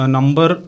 Number